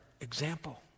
example